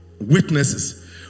witnesses